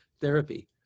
therapy